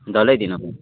डल्लै दिनुपऱ्यो